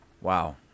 Wow